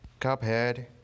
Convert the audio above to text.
Cuphead